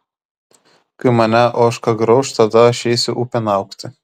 kai mane ožka grauš tada aš eisiu upėn augti